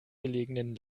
gelegenen